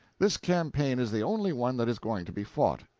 this campaign is the only one that is going to be fought.